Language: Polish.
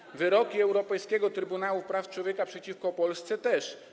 Liczba wyroków Europejskiego Trybunału Praw Człowieka przeciwko Polsce też.